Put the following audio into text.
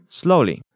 slowly